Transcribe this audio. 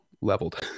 leveled